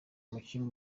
umukinnyi